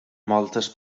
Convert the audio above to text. moltes